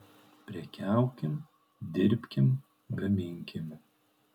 prekiaukim dirbkim gaminkim